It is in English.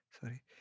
Sorry